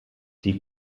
die